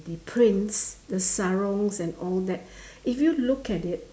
the prints the sarung and all that if you look at it